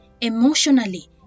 emotionally